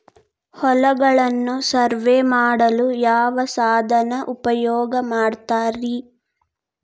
ಹೊಲಗಳನ್ನು ಸರ್ವೇ ಮಾಡಲು ಯಾವ ಸಾಧನ ಉಪಯೋಗ ಮಾಡ್ತಾರ ರಿ?